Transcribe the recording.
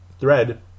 thread